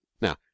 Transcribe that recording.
Now